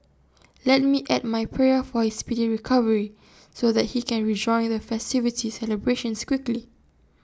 let me add my prayer for his speedy recovery so that he can rejoin the festivity celebrations quickly